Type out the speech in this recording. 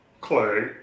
Clay